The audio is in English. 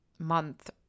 month